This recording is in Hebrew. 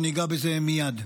אני אגע בזה מייד.